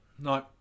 No